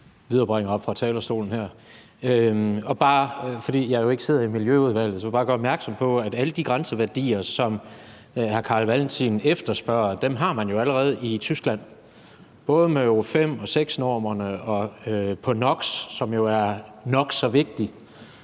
Jeg sidder jo ikke i Miljøudvalget, og derfor vil jeg bare gøre opmærksom på, at alle de grænseværdier, som hr. Carl Valentin efterspørger, har de allerede i Tyskland. Det er både for Euro 5- og Euro 6-normerne og for NOx, som jo er nok så vigtigt